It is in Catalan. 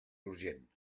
urgent